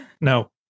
no